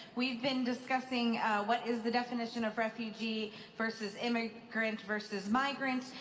we've been discussing what is the definition of refugee versus immigrant versus migrant,